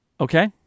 Okay